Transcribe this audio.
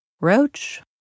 Roach